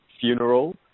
funeral